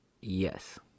yes